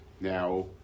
Now